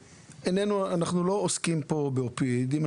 אנחנו לא עוסקים פה באופיואידים.